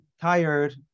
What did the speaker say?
tired